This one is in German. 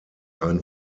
ein